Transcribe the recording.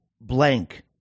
blank